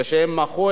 כשהם מחו,